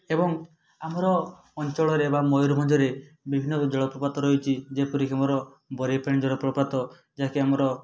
ଏବଂ ଆମର ଅଞ୍ଚଳରେ ବା ମୟୂରଭଞ୍ଜରେ ବିଭିନ୍ନ ଜଳପ୍ରପାତ ରହିଛି ଯେପରିକି ଆମର ବରେହିପାଣି ଜଳପ୍ରପାତ ଯାହାକି ଆମର